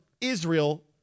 Israel